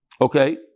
Okay